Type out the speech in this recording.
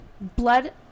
blood